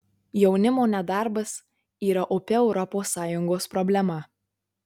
jaunimo nedarbas yra opi europos sąjungos problema